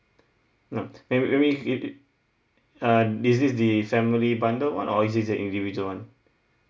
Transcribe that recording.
nop maybe maybe it uh is this the family bundle or or is it the individual [one]